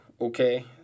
Okay